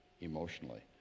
emotionally